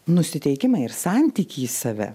nusiteikimą ir santykį į save